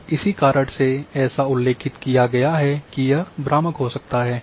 और इसी कारण से ऐसा उल्लेखित किया गया है कि यह भ्रामक हो सकता है